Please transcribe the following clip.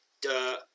Dirt